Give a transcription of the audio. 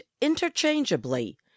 interchangeably